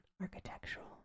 architectural